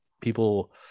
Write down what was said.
people